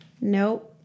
Nope